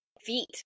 feet